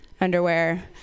underwear